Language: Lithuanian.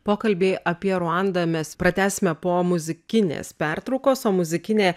pokalbiai apie ruandą mes pratęsime po muzikinės pertraukos o muzikinė